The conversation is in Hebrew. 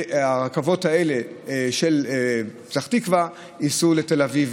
והרכבות של פתח תקווה ייסעו ישירות לתל אביב.